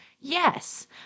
Yes